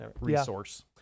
resource